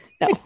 no